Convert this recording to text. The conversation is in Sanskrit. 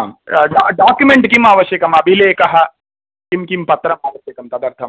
आम् डा डोक्युमेण्ट् किमावश्यकम् अभिलेखः किं किं पत्रम् आवश्यकं तदर्थं